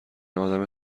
آدم